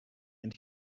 and